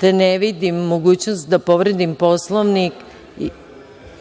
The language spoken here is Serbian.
te ne vidim mogućnost da povredim Poslovnik.(Balša